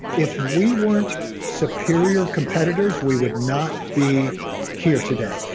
if we weren't superior competitors, we would not be here today.